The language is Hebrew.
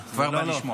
אני כבר בא לשמוע.